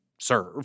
serve